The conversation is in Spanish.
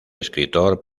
escritor